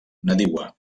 nadiua